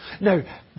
Now